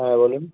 হ্যাঁ বলুন